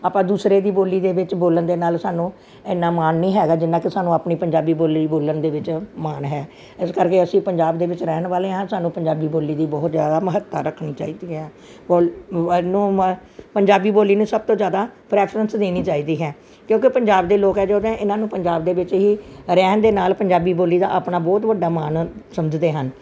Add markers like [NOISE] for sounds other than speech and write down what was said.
ਆਪਾਂ ਦੂਸਰੇ ਦੀ ਬੋਲੀ ਦੇ ਵਿੱਚ ਬੋਲਣ ਦੇ ਨਾਲ ਸਾਨੂੰ ਇੰਨਾਂ ਮਾਣ ਨਹੀਂ ਹੈਗਾ ਜਿੰਨਾ ਕਿ ਸਾਨੂੰ ਆਪਣੀ ਪੰਜਾਬੀ ਬੋਲੀ ਬੋਲਣ ਦੇ ਵਿੱਚ ਮਾਣ ਹੈ ਇਸ ਕਰਕੇ ਅਸੀਂ ਪੰਜਾਬ ਦੇ ਵਿੱਚ ਰਹਿਣ ਵਾਲੇ ਹਾਂ ਸਾਨੂੰ ਪੰਜਾਬੀ ਬੋਲੀ ਦੀ ਬਹੁਤ ਜ਼ਿਆਦਾ ਮਹੱਤਤਾ ਰੱਖਣੀ ਚਾਹੀਦੀ ਹੈ [UNINTELLIGIBLE] ਇਹਨੂੰ ਮੈਂ ਪੰਜਾਬੀ ਬੋਲੀ ਨੂੰ ਸਭ ਤੋਂ ਜ਼ਿਆਦਾ ਪ੍ਰੈਫਰੈਂਸ ਦੇਣੀ ਚਾਹੀਦੀ ਹੈ ਕਿਉਂਕਿ ਪੰਜਾਬ ਦੇ ਲੋਕ ਹੈ ਜੋ ਨੇ ਇਹਨਾਂ ਨੂੰ ਪੰਜਾਬ ਦੇ ਵਿੱਚ ਹੀ ਰਹਿਣ ਦੇ ਨਾਲ ਪੰਜਾਬੀ ਬੋਲੀ ਦਾ ਆਪਣਾ ਬਹੁਤ ਵੱਡਾ ਮਾਣ ਸਮਝਦੇ ਹਨ